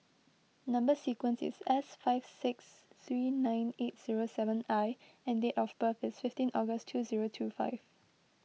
Number Sequence is S five six three nine eight zero seven I and date of birth is fifteen August two zero two five